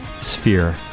sphere